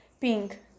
pink